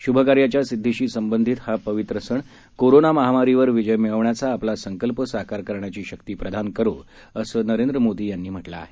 श्भ कार्याच्या सिद्धीशी संबंधित हा पवित्र सण कोरोना महामारीवर विजय मिळवण्याचा आपला संकल्प साकार करण्याची शक्ति प्रदान करो असं नरेंद्र मोदी यांनी म्हटलं आहे